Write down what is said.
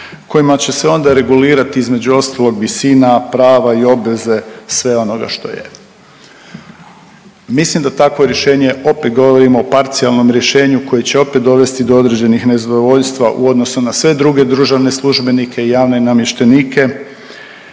kojima će se onda regulirati između ostalog visina, prava i obveze sve onoga što je. Mislim da takvo rješenje, opet govorimo o parcijalnom rješenju koje će opet dovesti do određenih nezadovoljstva u odnosu na sve druge državne službenike i javne namještenike.